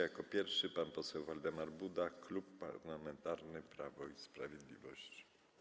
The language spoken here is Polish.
Jako pierwszy pan poseł Waldemar Buda, Klub Parlamentarny Prawo i Sprawiedliwość.